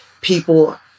people